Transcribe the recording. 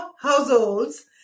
households